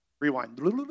Rewind